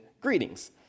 greetings